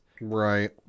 right